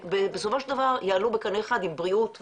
ובסופו של דבר יעלו בקנה אחד עם בריאות וקיימות.